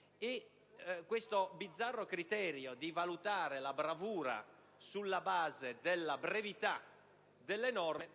abolito). Il criterio di valutare la bravura sulla base della brevità delle norme